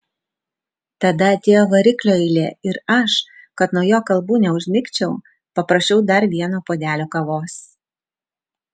tada atėjo variklio eilė ir aš kad nuo jo kalbų neužmigčiau paprašiau dar vieno puodelio kavos